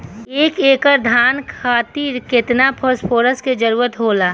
एक एकड़ धान खातीर केतना फास्फोरस के जरूरी होला?